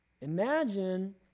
Imagine